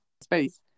space